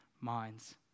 minds